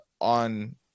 on